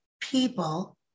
people